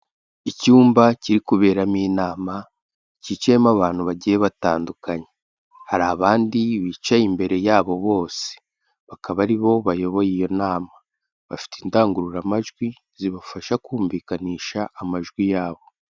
Icyumba kiri kuberamo inama, cyicayemo abantu bagiye batandukanye. Hari abandi bicaye imbere yabo bose. Bakaba ari bo bayoboye iyo nama. Bafite indangururamajwi zibafasha kumvikanisha amajwi yabo.